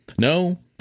No